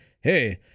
Hey